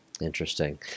Interesting